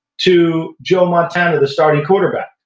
to joe montana the starting quarterback.